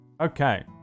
Okay